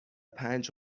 پنج